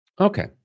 Okay